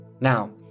Now